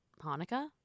Hanukkah